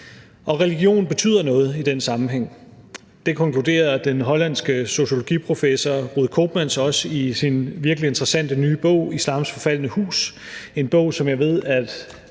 religion betyder noget i den sammenhæng. Det konkluderer den hollandske sociologiprofessor Ruud Koopmans også i sin virkelig interessante nye bog »Islams forfaldne hus« – en bog, som jeg ved at